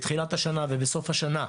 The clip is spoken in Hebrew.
בתחילת השנה ובסוף השנה,